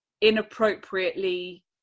inappropriately